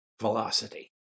velocity